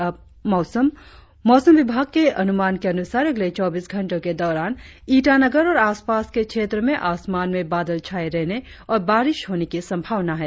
और अब मौसम मौसम विभाग के अनुमान के अनुसार अगले चौबीस घंटो के दौरान ईटानगर और आसपास के क्षेत्रो में आसमान में बादल छाये रहने और बारिस होने की संभावना है